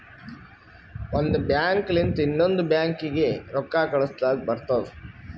ಒಂದ್ ಬ್ಯಾಂಕ್ ಲಿಂತ ಇನ್ನೊಂದು ಬ್ಯಾಂಕೀಗಿ ರೊಕ್ಕಾ ಕಳುಸ್ಲಕ್ ಬರ್ತುದ